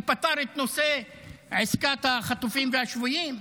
הוא פתר את נושא עסקת החטופים והשבויים?